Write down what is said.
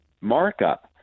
markup